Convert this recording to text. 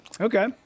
Okay